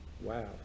Wow